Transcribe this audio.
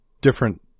different